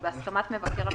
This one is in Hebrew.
ובהסכמת מבקר המדינה,